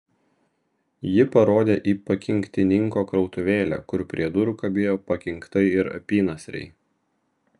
ji parodė į pakinktininko krautuvėlę kur prie durų kabėjo pakinktai ir apynasriai